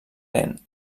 lent